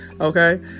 Okay